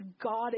God